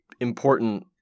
important –